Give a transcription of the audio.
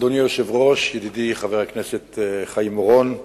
אדוני היושב-ראש, ידידי חבר הכנסת חיים אורון,